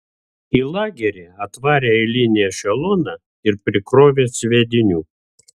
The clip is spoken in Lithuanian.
į lagerį atvarė eilinį ešeloną ir prikrovė sviedinių